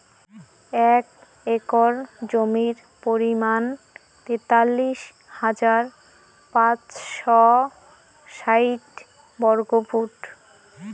এক একর জমির পরিমাণ তেতাল্লিশ হাজার পাঁচশ ষাইট বর্গফুট